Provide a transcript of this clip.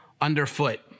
underfoot